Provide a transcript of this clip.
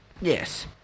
Yes